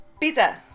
pizza